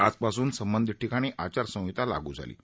आजपासून संबंधित ठिकाणी आचारसंहिता लागू झाली आहे